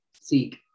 seek